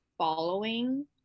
Following